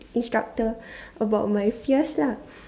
instructor about my fears lah